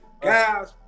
guys